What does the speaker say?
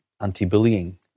anti-bullying